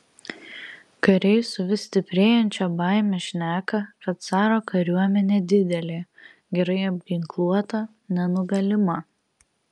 kariai su vis stiprėjančia baime šneka kad caro kariuomenė didelė gerai apginkluota nenugalima